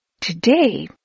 today